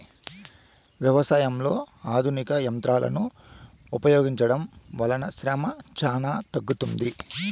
వ్యవసాయంలో ఆధునిక యంత్రాలను ఉపయోగించడం వల్ల శ్రమ చానా తగ్గుతుంది